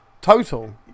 Total